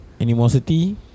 Animosity